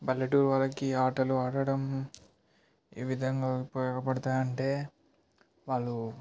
పల్లెటూరు వాళ్ళకి ఆటలు ఆడటం ఏ విధంగా ఉపయోగపడతాయి అంటే వాళ్ళు